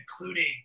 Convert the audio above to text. including